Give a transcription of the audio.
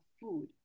food